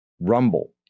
Rumble